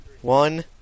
One